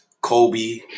kobe